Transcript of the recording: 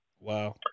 Wow